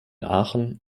aachen